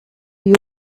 you